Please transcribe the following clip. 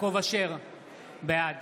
בעד